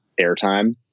airtime